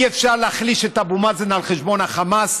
אי-אפשר להחליש את אבו מאזן על חשבון החמאס.